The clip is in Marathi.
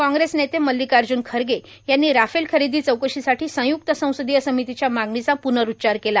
काँग्रेस नेते मल्लिकार्जून खरगे यांनी राफेल खरेदी चौकशीसाठी संयुक्त संसदीय समितीच्या मागणीचा प्नरुच्चार केला